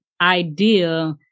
idea